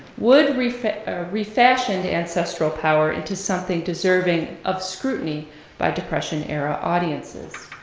wood refashioned ah refashioned ancestral power into something deserving of scrutiny by depression era audiences.